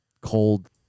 cold